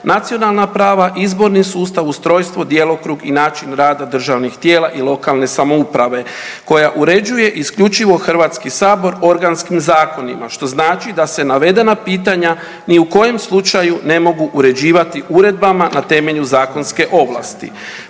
nacionalna prava, izborni sustav, ustrojstvo, djelokrug i način rada državnih tijela i lokalne samouprave koja uređuje isključivo HS organskim zakonima što znači da se navedena pitanja ni u kojem slučaju ne mogu uređivati uredbama na temelju zakonske ovlasti.